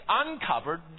uncovered